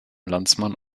landsmann